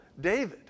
David